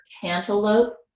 cantaloupe